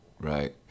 Right